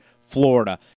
Florida